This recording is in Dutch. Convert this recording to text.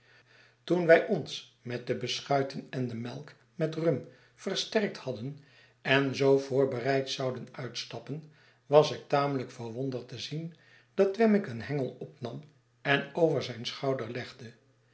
toen wij ons met de beschuiten en de melk met rum versterkt hadden en zoo voorbereid zouden uitstappen was ik tamely k verwonderd te zien dat wemmick een hengel opnam en over zijn schouder